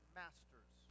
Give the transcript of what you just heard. masters